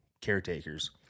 caretakers